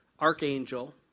archangel